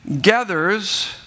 gathers